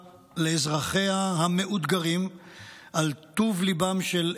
לאזרחיה המאותגרים על טוב ליבם של אזרחיה,